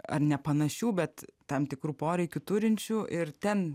ar nepanašių bet tam tikrų poreikių turinčių ir ten